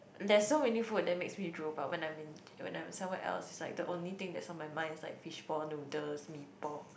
there's so many food that makes me drool but when I'm when in I'm at somewhere else is like the only thing that is on my mind is like fish ball noodles Mee-Pok